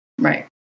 Right